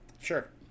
sure